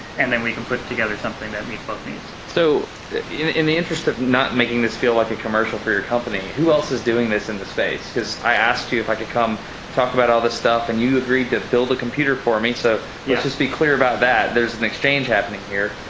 and then we can put together something that meets both needs. so in the interest of not making this feel like a commercial for your company, who else is doing this in the space? because i asked you if i could come talk about all this stuff and you agreed to build a computer for me, so let's just be clear about that. there's an exchange happening here.